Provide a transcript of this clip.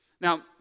Now